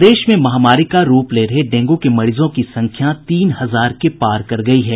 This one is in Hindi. प्रदेश में महामारी का रूप ले रहे डेंगू के मरीजों की संख्या तीन हजार के पार कर गयी है